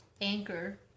anchor